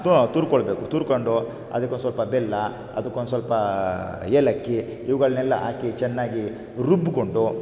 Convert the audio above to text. ತೊ ತುರ್ಕೊಳ್ಬೇಕು ತುರ್ಕೊಂಡು ಅದಕ್ಕೊಂದು ಸ್ವಲ್ಪ ಬೆಲ್ಲ ಅದಕ್ಕೊಂದು ಸ್ವಲ್ಪ ಏಲಕ್ಕಿ ಇವುಗಳನೆಲ್ಲ ಹಾಕಿ ಚೆನ್ನಾಗಿ ರುಬ್ಕೊಂಡು